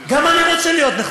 מה אכפת להם מתקציב המדינה?